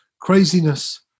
craziness